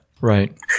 Right